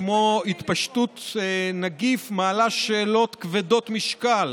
כמו התפשטות נגיף מעלה שאלות כבדות משקל,